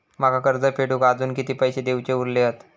माका कर्ज फेडूक आजुन किती पैशे देऊचे उरले हत?